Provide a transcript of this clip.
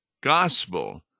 gospel